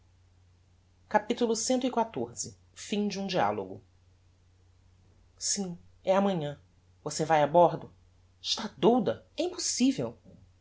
numero capitulo cxiv fim de um dialogo sim é amanhã você vae a bordo está douda é impossível